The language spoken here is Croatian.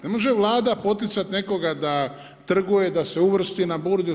Ne može Vlada poticat nekoga da trguje, da se uvrsti na burzu, sve.